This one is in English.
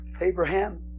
Abraham